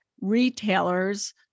retailers